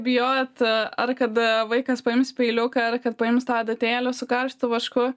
bijot a ar kad a vaikas paims peiliuką ar kad paims tą adatėlę su karštu vašku